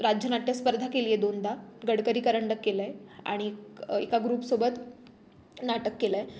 राज्य नाट्यस्पर्धा केलीये दोनदा गडकरी करंडक केलं आहे आणि एक एका ग्रुपसोबत नाटक केलं आहे